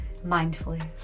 mindfully